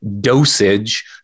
dosage